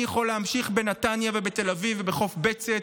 אני יכול להמשיך: בנתניה ובתל אביב ובחוף בצת